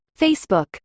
Facebook